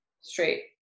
straight